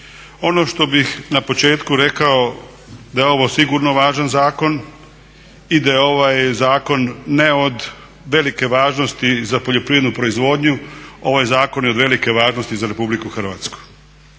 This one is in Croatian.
Ono što bih na početku rekao, da je ovo sigurno važan zakon i da je ovaj zakon ne od velike važnosti za poljoprivrednu proizvodnju, ovo je zakon i od velike važnosti za RH. I zato